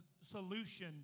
solution